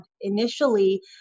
initially